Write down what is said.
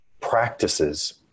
practices